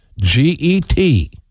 G-E-T